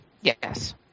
Yes